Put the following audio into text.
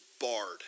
barred